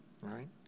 right